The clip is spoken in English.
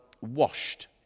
washed